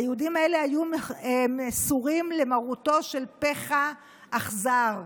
היהודים האלה היו מסורים למרותו של פחה אכזר.